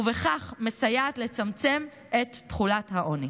ובכך מסייע לצמצם את תחולת העוני.